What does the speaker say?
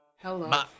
Hello